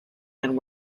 and